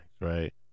right